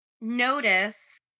Notice